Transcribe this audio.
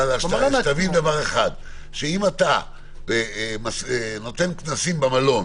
אם אתה נותן כנסים במלון